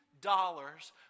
dollars